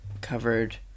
covered